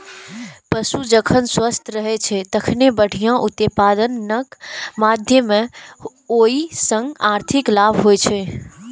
पशु जखन स्वस्थ रहै छै, तखने बढ़िया उत्पादनक माध्यमे ओइ सं आर्थिक लाभ होइ छै